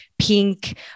pink